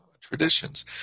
traditions